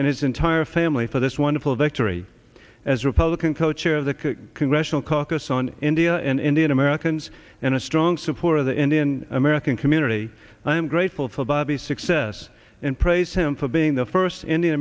and his entire family for this wonderful victory as republican co chair of the congressional caucus on india and indian americans and a strong supporter of the indian american community and i am grateful for bobby success and praise him for being the first indian